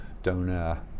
donor